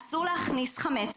אסור להכניס חמץ,